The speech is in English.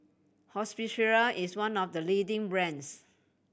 Hospicare is one of the leading brands